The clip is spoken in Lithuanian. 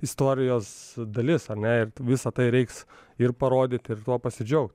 istorijos dalis ar ne ir visa tai reiks ir parodyti ir tuo pasidžiaugt